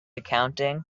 accounting